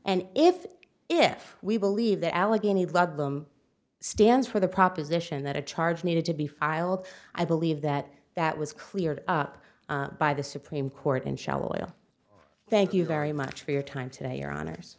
and if if we believe the alleghany love them stands for the proposition that a charge needed to be filed i believe that that was cleared up by the supreme court and shallow oil thank you very much for your time today or honors